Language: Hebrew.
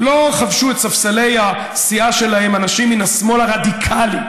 לא חבשו את ספסלי הסיעה שלהם אנשים מן השמאל הרדיקלי,